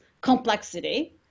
complexity